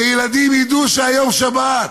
שילדים ידעו שהיום שבת,